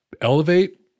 elevate